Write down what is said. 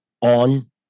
on